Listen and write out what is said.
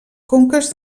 conques